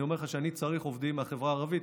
אני אומר לך שאני צריך עובדים מהחברה הערבית,